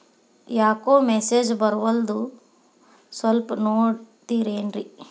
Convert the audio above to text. ಯಾಕೊ ಮೆಸೇಜ್ ಬರ್ವಲ್ತು ಸ್ವಲ್ಪ ನೋಡ್ತಿರೇನ್ರಿ?